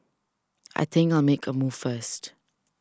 I think I'll make a move first